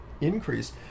increase